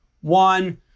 one